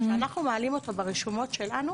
אנו מעלים אותו ברשומות שלנו